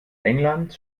england